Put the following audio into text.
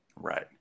Right